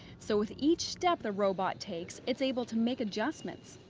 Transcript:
so with each step the robot takes, it's able to make adjustments.